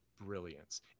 brilliance